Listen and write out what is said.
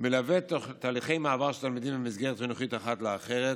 ומלווה תהליכי מעבר של תלמידים ממסגרת חינוכית אחת לאחרת.